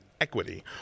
equity